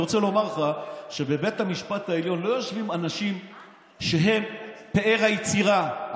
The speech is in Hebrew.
אני רוצה לומר לך שבבית המשפט העליון לא יושבים אנשים שהם פאר היצירה,